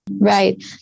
Right